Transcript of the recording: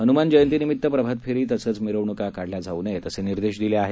हन्मान जयंतीनिमित प्रभात फेरी तसंच मिरवण्का काढण्यात येऊ नये असे निर्देश दिले आहेत